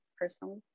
personally